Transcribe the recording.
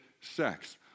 sex